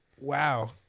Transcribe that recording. Wow